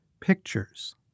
pictures